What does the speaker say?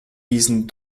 diesen